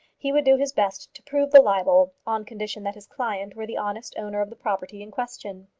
he would do his best to prove the libel on condition that his client were the honest owner of the property in question.